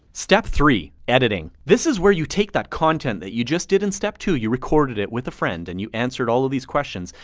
step three. editing. this is where you take that content that you just did in step two. you recorded it with a friend and you answered all of these questions.